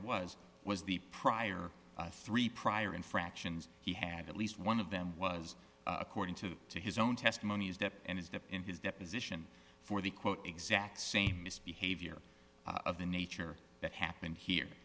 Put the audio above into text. was was the prior three prior infractions he had at least one of them was according to to his own testimony is that and is that in his deposition for the quote exact same misbehavior of the nature that happened here